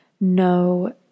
no